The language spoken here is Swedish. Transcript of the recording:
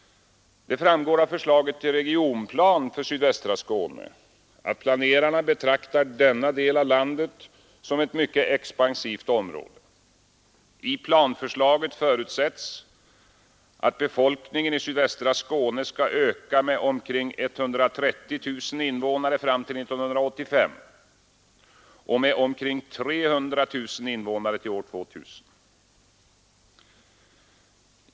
Det framgår av förslaget till regionplan för sydvästra Skåne att planerarna betraktar denna del av landet som ett mycket expansivt område. I planförslaget förutsätts att befolkningen i sydvästra Skåne skall öka med omkring 130 000 invånare fram till 1985 och med omkring 300 000 invånare till år 2000.